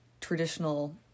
traditional